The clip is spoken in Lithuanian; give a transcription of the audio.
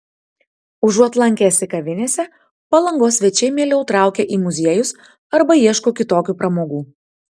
užuot lankęsi kavinėse palangos svečiai mieliau traukia į muziejus arba ieško kitokių pramogų